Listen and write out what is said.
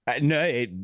No